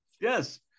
yes